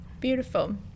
beautiful